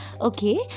Okay